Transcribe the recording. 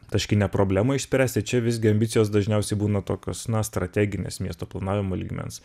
taškinę problemą išspręsti čia visgi ambicijos dažniausiai būna tokios na strateginės miesto planavimo lygmens